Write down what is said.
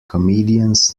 comedians